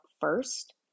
first